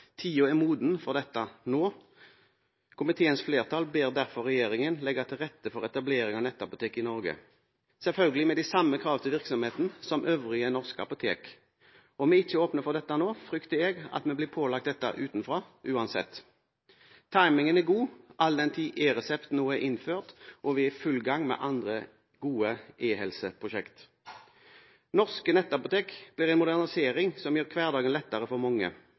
er moden for dette nå. Komiteens flertall ber derfor regjeringen legge til rette for etablering av nettapotek i Norge – selvfølgelig med de samme krav til virksomheten som øvrige norske apotek. Om vi ikke åpner for dette nå, frykter jeg at vi blir pålagt dette utenfra uansett. Timingen er god, all den tid eResept nå er innført og vi er i full gang med andre gode eHelse-prosjekter. Norske nettapotek blir en modernisering som gjør hverdagen lettere for mange.